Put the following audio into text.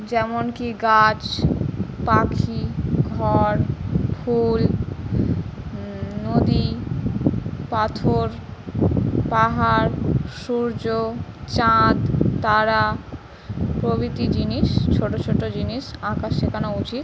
যেমন কী গাছ পাখি ঘর ফুল নদী পাথর পাহাড় সূর্য চাঁদ তারা প্রভৃতি জিনিস ছোট ছোট জিনিস আঁকা শেখানো উচিত